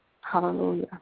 hallelujah